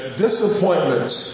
disappointments